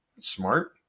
smart